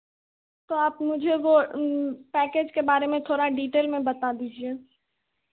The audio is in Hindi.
तो आप मुझे वह पैकेज के बारे में थोड़ा डिटेल में बता दीजिए